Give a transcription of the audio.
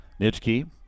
Nitschke